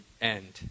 end